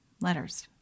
letters